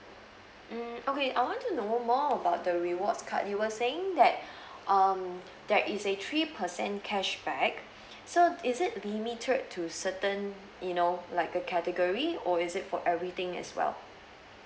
mm okay I want to know more about the rewards card you were saying that um there is a three percent cashback so is it limited to certain you know like a category or is it for everything as well